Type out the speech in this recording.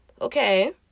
okay